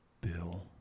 Bill